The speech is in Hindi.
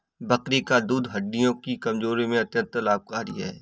बकरी का दूध हड्डियों की कमजोरी में अत्यंत लाभकारी है